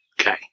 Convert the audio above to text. Okay